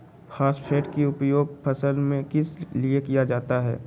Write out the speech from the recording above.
Phosphate की उपयोग फसल में किस लिए किया जाता है?